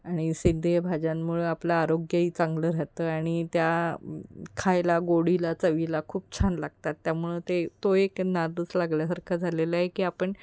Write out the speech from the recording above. आणि सेंद्रिय भाज्यांमुळं आपलं आरोग्यही चांगलं राहतं आणि त्या खायला गोडीला चवीला खूप छान लागतात त्यामुळं ते तो एक नादच लागल्यासारखा झालेला आहे की आपण